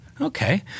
Okay